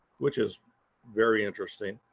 which is very interesting.